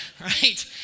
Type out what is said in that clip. Right